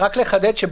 להצעה לשיקום